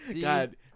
God